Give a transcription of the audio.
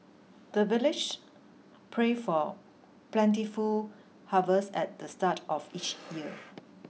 the villagers pray for plentiful harvest at the start of each year